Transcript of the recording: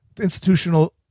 institutional